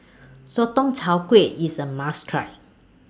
Sotong Char Kway IS A must Try